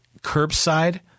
curbside